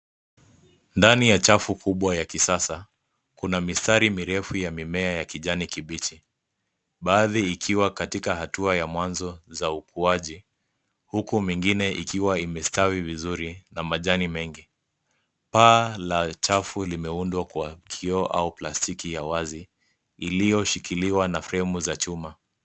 Ndani ya chafu kubwa ya kisasa, kuna mistari mirefu ya mimea ya kijani kibichi. Baadhi ikiwa katika hatua ya mwanzo za ukuaji huku mingine ikiwa imestawi vizuri na majani mengi. Paa la chafu limeundwa kwa kioo au plastiki ya wazi, iliyoshikiliwa na fremu za chuma.